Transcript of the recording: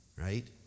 right